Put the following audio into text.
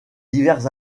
divers